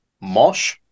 Mosh